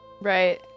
Right